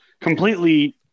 completely